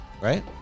right